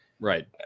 right